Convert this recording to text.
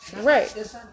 Right